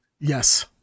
Yes